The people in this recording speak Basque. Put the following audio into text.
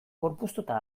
gorpuztuta